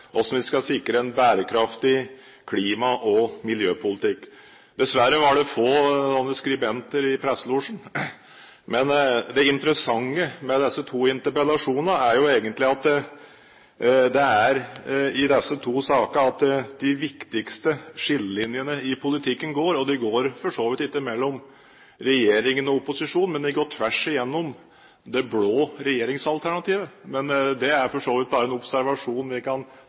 den vi har hatt nå, har dreid seg om hvordan vi skal sikre en bærekraftig klima- og miljøpolitikk. Dessverre var det få skribenter i presselosjen. Det interessante med disse to interpellasjonene er egentlig at det er i disse to sakene de viktigste skillelinjene i politikken går, og de går for så vidt ikke mellom regjeringen og opposisjonen, de går tvers igjennom det blå regjeringsalternativet. Det er bare en observasjon vi kan